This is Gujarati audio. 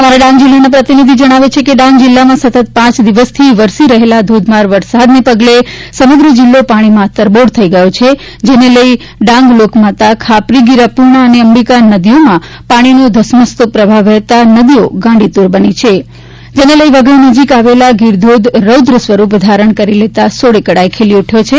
અમારા ડાંગના પ્રતિનિધિ જણાવે છે કે ડાંગ જિલ્લામાં સતત પાંચ દિવસથી વરસી રહેલા ધોધમાર વરસાદને પગલે સમગ્ર જિલ્લો પાણીમાં તરબોળ થઇ ગયો છે જેને લઇ ડાંગ લોક માતા ખાપરી ગીરા પૂર્ણા અને અંબિકા નદીઓમાં પાણીનો ધસમસતો પ્રવાહ વહેતા નદીઓ ગાંડીતુર બની છે જેને લઇ વઘઇ નજીક આવલ ગીરોધોધ રોદ્ર સ્વરૂપ ધારણ કરી લેતા સોળે કળાએ ખીલી ઉઢચો છે